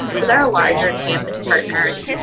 with our larger campus partners.